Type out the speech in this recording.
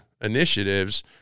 initiatives